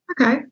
Okay